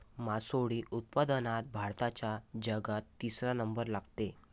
मासोळी उत्पादनात भारताचा जगात तिसरा नंबर लागते